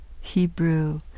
Hebrew